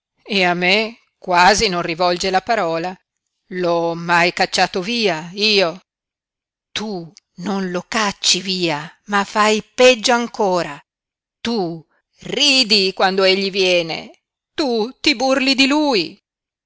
e a me quasi non rivolge la parola l'ho mai cacciato via io tu non lo cacci via ma fai peggio ancora tu ridi quando egli viene tu ti burli di lui